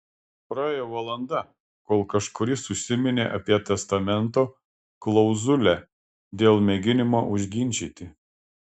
praėjo valanda kol kažkuris užsiminė apie testamento klauzulę dėl mėginimo užginčyti